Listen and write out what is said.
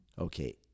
Okay